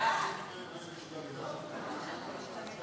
וערבית במוסדות חינוך תיכוניים),